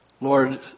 Lord